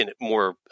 more